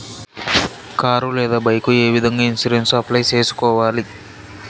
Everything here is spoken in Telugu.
కారు లేదా బైకు ఏ విధంగా ఇన్సూరెన్సు అప్లై సేసుకోవాలి